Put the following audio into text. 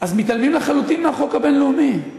אז מתעלמים לחלוטין מהחוק הבין-לאומי.